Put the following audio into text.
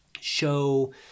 show